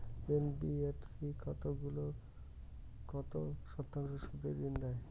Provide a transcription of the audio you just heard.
NBFC কতগুলি কত শতাংশ সুদে ঋন দেয়?